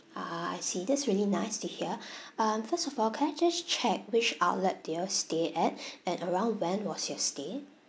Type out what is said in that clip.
ah I see that's really nice to hear um first of all can I just check which outlet did you all stay at and around when was your stay